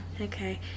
okay